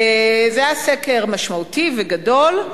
זה היה סקר משמעותי וגדול,